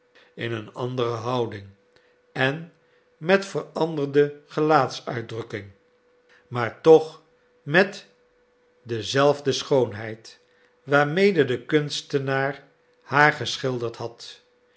in een andere houding en met veranderde gelaatsuitdrukking maar toch met dezelfde schoonheid waarmede de kunstenaar haar geschilderd had